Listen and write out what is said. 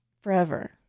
forever